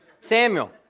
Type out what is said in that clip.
Samuel